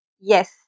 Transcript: yes